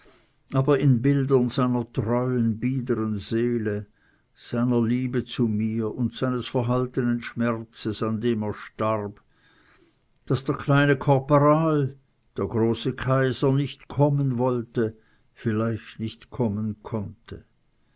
aber einzelne bilder seiner treuen biedern seele seiner liebe zu mir und seines verhaltenen schmerzes an dem er starb daß der kleine korporal der große kaiser nicht kommen wollte vielmehr nicht kommen konnte